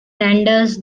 renders